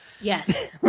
Yes